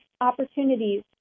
opportunities